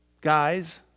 guys